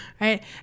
right